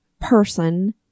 person